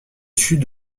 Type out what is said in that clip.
sud